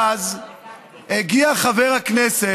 הגיע חבר הכנסת,